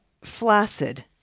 flaccid